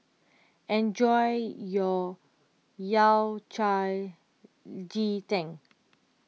enjoy your Yao Cai Ji Tang